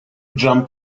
jump